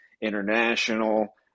international